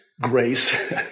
grace